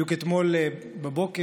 בדיוק אתמול בבוקר,